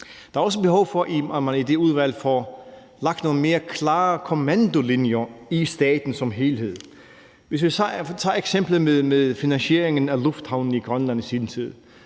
Der er også behov for, at man i det udvalg får lagt nogle mere klare kommandolinjer i staten som helhed. Hvis vi tager eksemplet med finansieringen af lufthavnen i Grønland i sin tid,